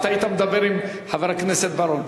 אתה היית מדבר עם חבר הכנסת בר-און.